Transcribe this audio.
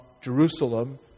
Jerusalem